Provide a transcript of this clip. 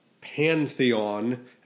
pantheon